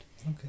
Okay